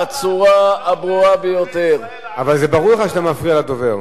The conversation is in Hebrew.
חבר הכנסת גאלב מג'אדלה,